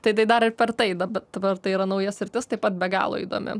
tai tai dar ir per tai eina bet dabar tai yra nauja sritis taip pat be galo įdomi